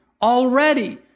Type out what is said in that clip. Already